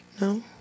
no